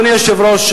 אדוני היושב-ראש,